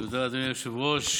תודה, אדוני היושב-ראש.